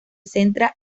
centra